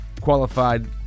qualified